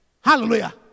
Hallelujah